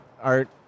art